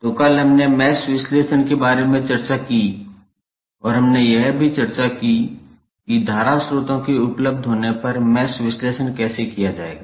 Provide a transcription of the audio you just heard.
तो कल हमने मैश विश्लेषण के बारे में चर्चा की और हमने यह भी चर्चा की कि धारा स्रोतों के उपलब्ध होने पर मैश विश्लेषण कैसे किया जाएगा